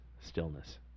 stillness